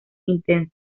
intenso